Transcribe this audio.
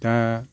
दा